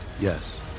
Yes